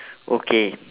okay